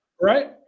right